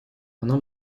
она